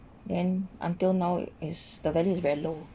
then until now is the value is very low